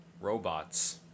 Robots